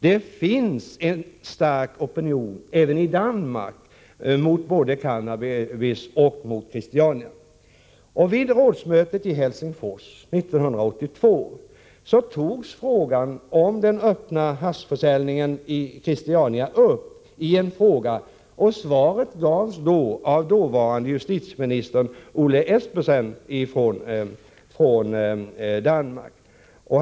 Det finns även i Danmark en stark opinion mot både cannabis och Christiania. Vid rådsmötet i Helsingfors 1982 togs den öppna haschförsäljningen i Christiania upp i en fråga. Svar gavs av den dåvarande danske justitieministern Ole Espersen.